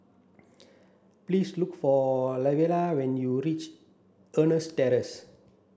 please look for Lavera when you reach Eunos Terrace